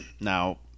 Now